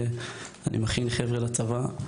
אני מכין חבר'ה לצבא,